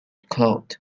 cloth